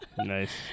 Nice